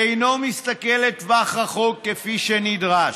אינו מסתכל לטווח רחוק כפי שנדרש,